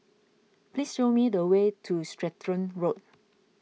please show me the way to Stratton Road